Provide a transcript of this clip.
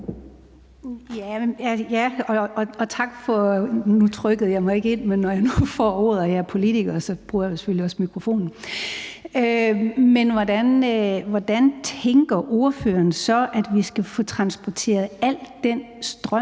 hvordan tænker ordføreren så at vi skal få transporteret al den strøm